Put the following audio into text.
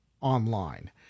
online